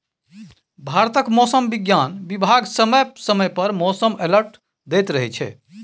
भारतक मौसम बिज्ञान बिभाग समय समय पर मौसम अलर्ट दैत रहै छै